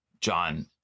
John